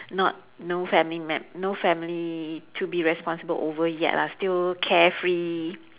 not no family mem~ no family to be responsible over yet lah still carefree